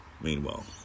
Meanwhile